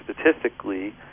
statistically